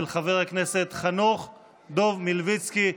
של חבר הכנסת חנוך דב מלביצקי.